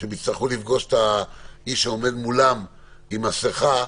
שהם יצטרכו לפגוש את האיש שעומד מולם עם מסכה,